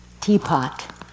teapot